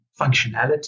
functionality